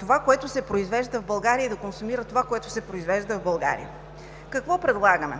това, което се произвежда в България, и да консумират това, което се произвежда в България. Какво предлагаме?